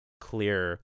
clear